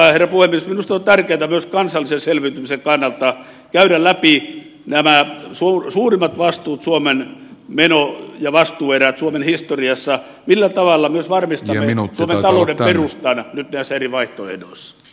minusta on tärkeätä myös kansallisen selviytymisen kannalta käydä läpi nämä suurimmat vastuut suomen meno ja vastuuerät suomen historiassa millä tavalla myös varmistamme suomen talouden perustan nyt näissä eri vaihtoehdoissa